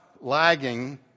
lagging